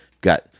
Got